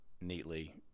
neatly